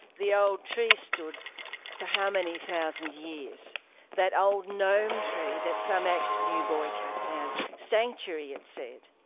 the old tree stood for how many thousand years that old gnome tree that some axe new boy cut down sanctuary it said.